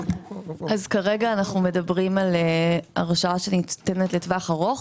כרגע אנחנו מדברים על הרשאה שניתנת לטווח ארוך.